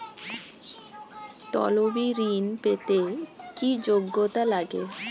তলবি ঋন পেতে কি যোগ্যতা লাগে?